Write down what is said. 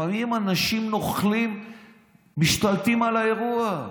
לפעמים אנשים נוכלים משתלטים על האירוע.